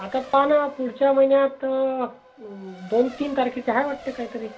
आता पाहा ना पुढच्या महिन्यात दोन तीन तारखेचे आहे वाटते कायतरी